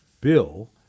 bill